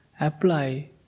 apply